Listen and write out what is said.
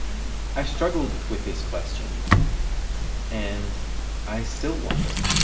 i've struggled with this question and i still wonder.